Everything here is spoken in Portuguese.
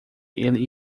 ele